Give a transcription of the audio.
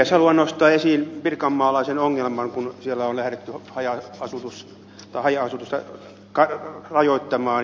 haluan nostaa esiin pirkanmaalaisen ongelman kun siellä on lähdetty haja asutusta rajoittamaan